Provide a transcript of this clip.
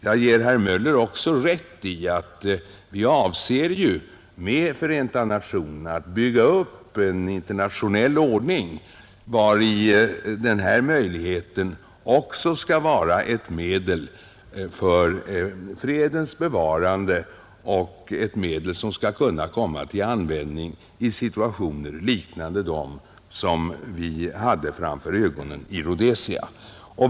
Jag ger herr Möller rätt i att vi med Förenta Nationerna avser att bygga upp en internationell ordning, vari den här möjligheten också skall vara ett medel för fredens bevarande och ett medel som skall kunna komma till användning i situationer liknande dem vi hade för ögonen i Rhodesia.